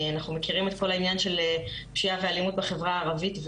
אנחנו מכירים את כל העניין של פשיעה ואלימות בחברה הערבית,